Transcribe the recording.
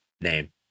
name